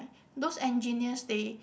those engineers they